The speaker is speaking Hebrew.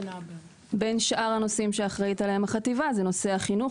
בין שאר הנושאים שאחראית עליהם החטיבה הוא נושא החינוך,